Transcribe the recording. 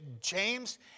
James